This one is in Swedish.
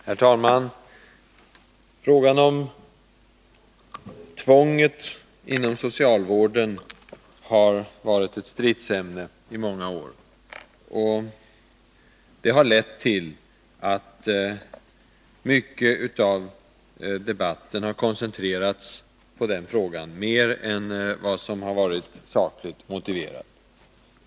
Herr talman! Frågan om tvånget inom socialvården har varit ett stridsämne i många år. Det har lett till att en stor del av debatten har koncentrerats på den frågan — mer än vad som har varit sakligt motiverat.